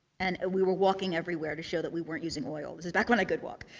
and we were walking everywhere to show that we weren't using oil. it was back when i could walk.